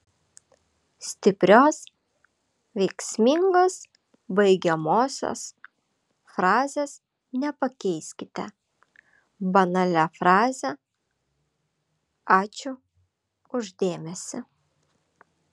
stiprios veiksmingos baigiamosios frazės nepakeiskite banalia fraze ačiū už dėmesį